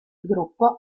gruppo